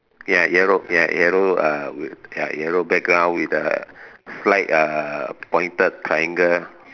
ya yellow ya yellow uh with ya yellow background with the slight uh pointed triangle